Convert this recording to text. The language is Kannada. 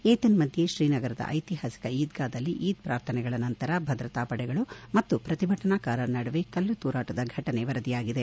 ಏತನ್ನದ್ಹೆ ತ್ರೀನಗರದ ಐತಿಹಾಸಿಕ ಈದ್ಗಾದಲ್ಲಿ ಈದ್ ಪ್ರಾರ್ಥನೆಗಳ ನಂತರ ಭದ್ರತಾ ಪಡೆಗಳು ಮತ್ತು ಪ್ರತಿಭಟನಾಕಾರರ ನಡುವೆ ಕಲ್ಲು ತೂರಾಟದ ಫಟನೆ ವರದಿಯಾಗಿದೆ